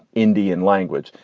indian language,